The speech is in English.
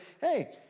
hey